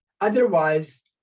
Otherwise